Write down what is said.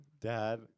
dad